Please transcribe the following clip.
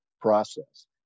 process